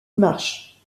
marche